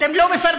אתם לא מפרגנים.